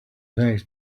next